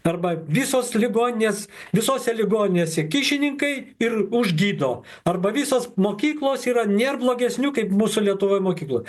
arba visos ligoninės visose ligoninėse kyšininkai ir užgydo arba visos mokyklos yra nėr blogesnių kaip mūsų lietuvoj mokyklų